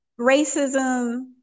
racism